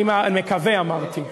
אני יודע שנעשים,